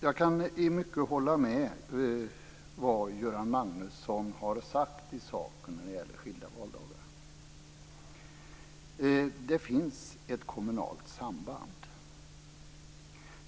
Jag kan i mycket hålla med vad Göran Magnusson har sagt i sak om skilda valdagar. Det finns ett kommunalt samband.